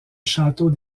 château